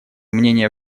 мнения